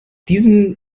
diesen